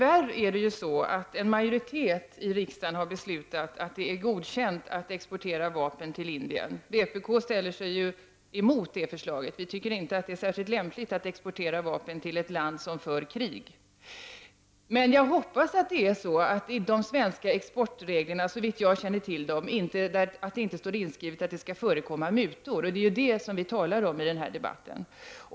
Herr talman! En majoritet här i riksdagen har tyvärr beslutat godkänna export av vapen till Indien. Vi i vpk är emot det. Vi tycker nämligen inte att det är särskilt lämpligt att exportera vapen till ett land som för krig. Men jag hoppas att de svenska exportreglerna — såvitt jag känner till dessa — inte har inskrivet att det skall förekomma mutor. Det är ju det som vi diskuterar i den här debatten.